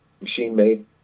machine-made